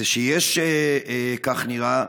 זה שיש, כך נראה,